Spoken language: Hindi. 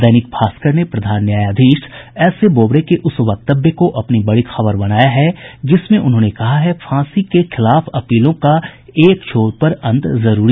दैनिक भास्कर ने प्रधान न्यायाधीश एस ए बोबड़े के उस वक्तव्य को अपनी बड़ी खबर बनाया हे जिसमें उन्होंने कहा है फांसी के खिलाफ अपीलों का एक छोर पर अंत जरूरी